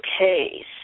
okay